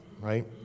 right